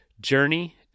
journey